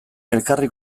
elkarri